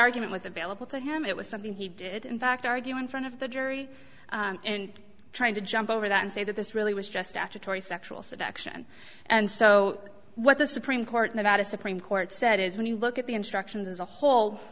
argument was available to him it was something he did in fact argue in front of the jury and trying to jump over that and say that this really was just after tori sexual seduction and so what the supreme court in about a supreme court said is when you look at the instructions as a whole